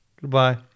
goodbye